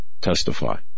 testify